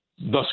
thus